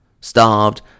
starved